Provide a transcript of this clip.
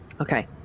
Okay